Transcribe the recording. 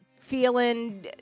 feeling